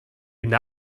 une